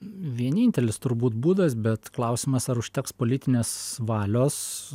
vienintelis turbūt būdas bet klausimas ar užteks politinės valios